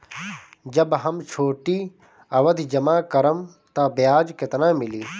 जब हम छोटी अवधि जमा करम त ब्याज केतना मिली?